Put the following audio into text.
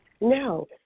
No